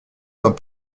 dans